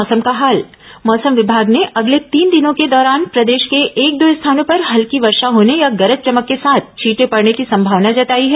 मौसम मौसम विमाग ने अगले तीन दिनों के दौरान प्रदेश के एक दो स्थानों पर हल्की वर्षा होने या गरज चमक के साथ छींटे पडने की संभावना जताई है